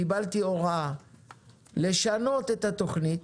קיבלתי הוראה לשנות את התוכנית,